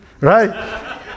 right